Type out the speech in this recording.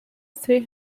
three